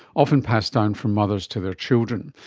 often passed down from mothers to their children.